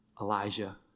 Elijah